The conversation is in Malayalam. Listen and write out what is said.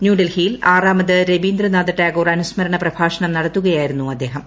ന്യൂഡൽഹിയിൽ ആറാമത് രബീന്ദ്രനാഥ ടാഗോർ അനുസ്മരണ പ്രഭാഷണം നടത്തുകയായിരുന്നു അദ്ദേഹം